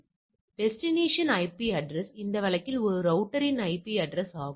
எனவே destination IP address இந்த வழக்கில் ஒரு ரௌட்டர் இன் ஐபி அட்ரஸ் ஆகும்